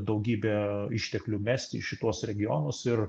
daugybę išteklių mesti į šituos regionus ir